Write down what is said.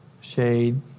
Shade